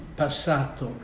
passato